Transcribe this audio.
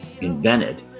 invented